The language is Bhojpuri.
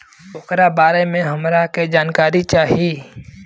ओकरा बारे मे हमरा के जानकारी चाही?